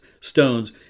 stones